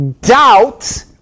doubt